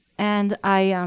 and i um